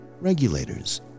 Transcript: Regulators